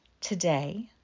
Today